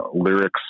lyrics